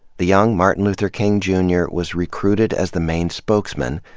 the young martin luther king, jr. was recruited as the main spokesman,